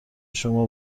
شما